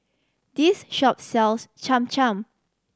this shop sells Cham Cham